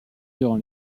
durant